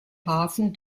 hafen